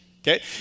okay